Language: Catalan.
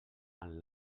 amb